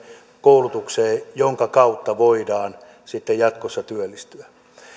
koulutukseen jonka kautta voidaan sitten jatkossa työllistyä